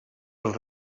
els